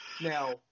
Now